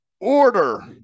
order